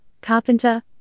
carpenter